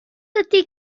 ydy